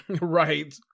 Right